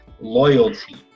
loyalty